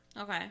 Okay